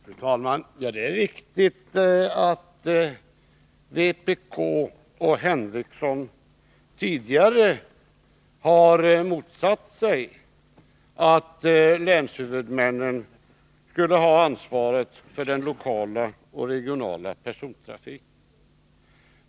Fru talman! Det är riktigt att vpk tidigare har motsatt sig att länshuvudmännen skulle ha ansvaret för den lokala och regionala persontrafiken.